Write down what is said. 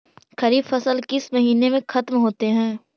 खरिफ फसल किस महीने में ख़त्म होते हैं?